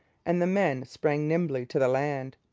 and the men sprang nimbly to the land.